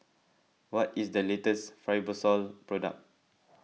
what is the latest Fibrosol product